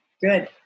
Good